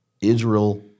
Israel